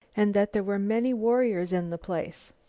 and that there were many warriors in the place.